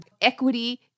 equity